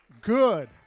good